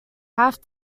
have